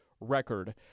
record